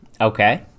Okay